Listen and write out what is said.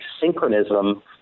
synchronism